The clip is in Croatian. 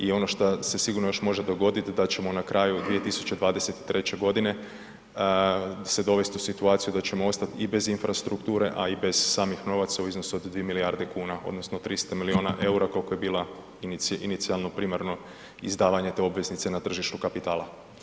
I ono što se sigurno još može dogoditi, da ćemo na kraju 2023. godine se dovesti u situaciju da ćemo ostati i bez infrastrukture, a i bez samih novaca u iznosu od 2 milijarde kuna odnosno 300 milijuna eura koliko je bila inicijalno primarno izdavanje te obveznice na tržištu kapitala.